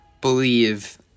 believe